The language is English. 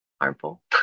harmful